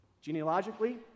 Genealogically